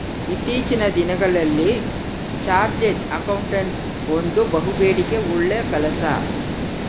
ಇತ್ತೀಚಿನ ದಿನಗಳಲ್ಲಿ chartered accountant ಒಂದು ಬಹುಬೇಡಿಕೆ ಉಳ್ಳ ಕೆಲಸ